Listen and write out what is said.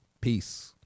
Peace